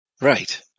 Right